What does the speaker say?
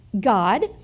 God